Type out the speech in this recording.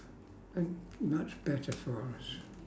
and much better for us